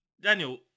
Daniel